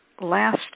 last